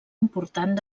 important